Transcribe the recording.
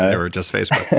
or just facebook.